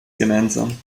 gemeinsam